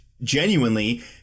genuinely